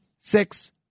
six